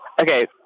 Okay